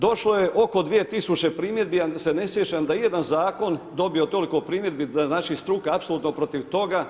Došlo je oko 2000 primjedbi ali se ne sjećam da je ijedan Zakon dobio toliko primjedbi da znači struka je apsolutno protiv toga.